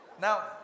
Now